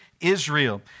Israel